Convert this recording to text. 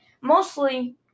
mostly